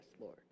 Lord